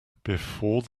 before